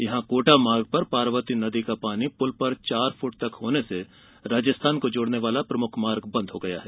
यहां कोटा मार्ग पर पार्वती नदी का पानी पुल पर चार फीट तक होने से राजस्थान को जोड़र्न वाला प्रमुख मार्ग बंद हो गया है